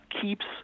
keeps